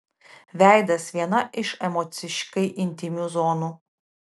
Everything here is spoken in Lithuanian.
veidas viena iš emociškai intymių zonų